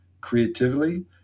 creatively